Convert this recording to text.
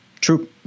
True